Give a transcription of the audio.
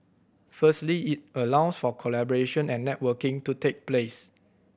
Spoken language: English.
firstly it allows for collaboration and networking to take place